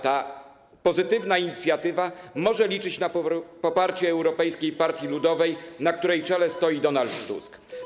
Ta pozytywna inicjatywa może liczyć na poparcie Europejskiej Partii Ludowej, na której czele stoi Donald Tusk?